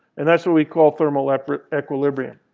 and that's what we call thermal equilibrium,